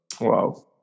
Wow